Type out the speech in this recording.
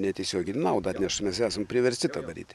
netiesioginę naudą atneša mes esam priversti tą daryti